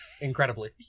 Incredibly